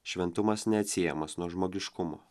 šventumas neatsiejamas nuo žmogiškumo